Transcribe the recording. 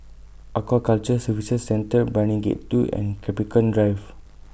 Aquaculture Services Centre Brani Gate two and Capricorn Drive